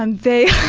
and they